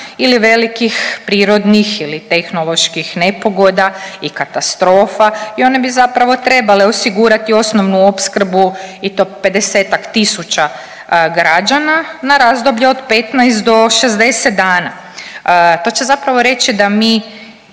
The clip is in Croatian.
ili velikih prirodnih ili tehnoloških nepogoda i katastrofa i one bi zapravo trebale osigurati osnovnu opskrbu i to 50-tak tisuća građana na razdoblje od 15 do 60 dana. To će zapravo reći da mi